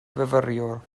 fyfyriwr